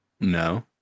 No